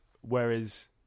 whereas